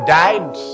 died